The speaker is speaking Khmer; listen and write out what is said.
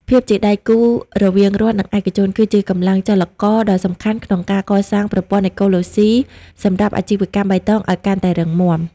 ភាពជាដៃគូរវាងរដ្ឋ និងឯកជន គឺជាកម្លាំងចលករដ៏សំខាន់ក្នុងការកសាងប្រព័ន្ធអេកូឡូស៊ីសម្រាប់អាជីវកម្មបៃតងឱ្យកាន់តែរឹងមាំ។